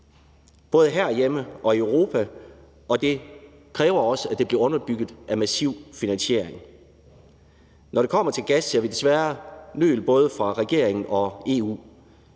både herhjemme og i Europa, og det kræver også, at det bliver underbygget af en massiv finansiering. Når det kommer til gas, ser vi desværre nøl både fra regeringen og EU.